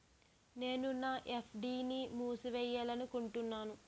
నేను నా ఎఫ్.డి ని మూసివేయాలనుకుంటున్నాను